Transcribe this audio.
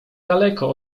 daleko